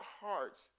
hearts